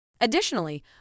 Additionally